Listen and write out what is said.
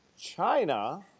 China